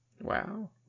Wow